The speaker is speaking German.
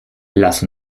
lass